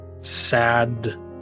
sad